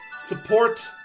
Support